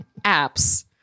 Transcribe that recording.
apps